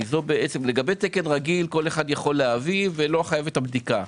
לגבי תקן רגיל כל אחד יכול להביא ולא חייבת בדיקה.